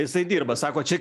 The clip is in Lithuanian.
jisai dirba sako čia